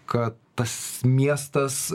ka tas miestas